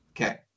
okay